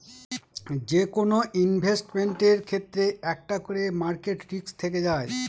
যেকোনো ইনভেস্টমেন্টের ক্ষেত্রে একটা করে মার্কেট রিস্ক থেকে যায়